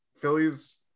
Phillies